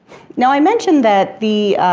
now, i mentioned that the